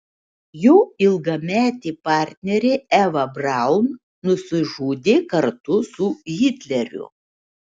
jo ilgametė partnerė eva braun nusižudė kartu su hitleriu